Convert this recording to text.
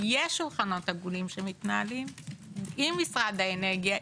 יש שולחנות עגולים שמתנהלים עם משרד האנרגיה,